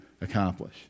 accomplish